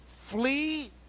Flee